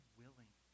willing